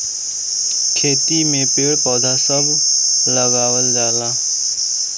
खेत में पेड़ पौधा सभ लगावल जाला